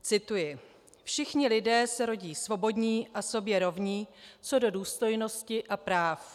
Cituji: Všichni lidé se rodí svobodní a sobě rovní co do důstojnosti a práv.